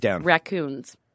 raccoons